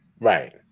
Right